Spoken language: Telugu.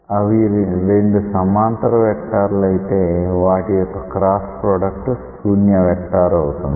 అవి రెండు సమాంతర వెక్టార్లు అయితే వాటి యొక్క క్రాస్ ప్రొడక్ట్ శూన్య వెక్టార్ అవుతుంది